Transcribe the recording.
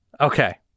Okay